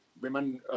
women